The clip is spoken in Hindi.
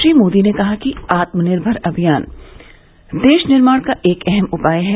श्री मोदी ने कहा कि आत्मनिर्भर अभियान देश निर्माण का एक अहम उपाय है